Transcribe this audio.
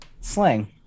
slang